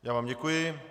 Já vám děkuji.